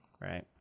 right